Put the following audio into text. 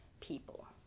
people